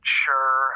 sure